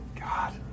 God